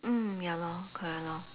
mm ya lor correct lor